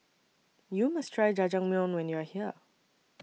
YOU must Try Jajangmyeon when YOU Are here